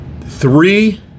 three